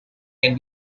can